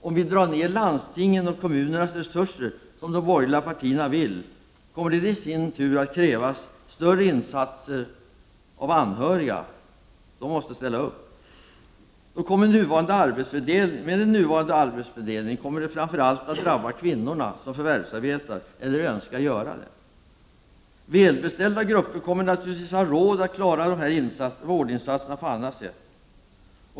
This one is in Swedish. Om vi drar ner landstingens och kommunernas resurser, som de borgerliga partierna vill, kommer det i sin tur att krävas större insatser av anhöriga. De måste ställa upp. Det kommer med nuvarande arbetsfördelning att framför allt drabba de kvinnor som förvärvsarbetar eller önskar att göra det. Välbeställda grupper kommer naturligtvis att ha råd att klara dessa vårdinsatser på annat sätt.